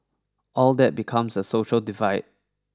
all that becomes a social divide